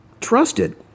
trusted